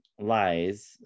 Lies